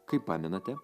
kaip pamenate